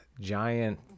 giant